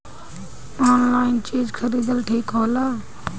Online चीज खरीदल ठिक होला?